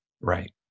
Right